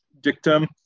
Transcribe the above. dictum